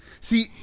See